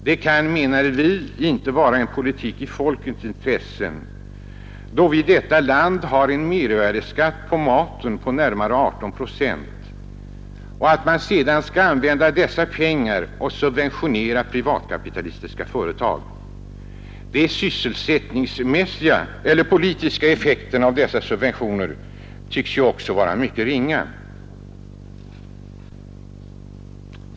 Vi menar att det inte kan vara en politik i folkets intresse, när vi i detta land har en mervärdeskatt på maten på närmare 18 procent, pengar som bl.a. används för att subventionera privatkapitalistiska företag. De sysselsättningspolitiska effekterna av dessa subventioner tycks också vara mycket ringa.